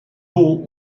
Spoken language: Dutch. goal